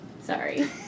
sorry